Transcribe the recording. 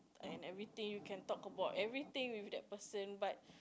and everything you can talk about everything with that person but